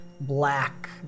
black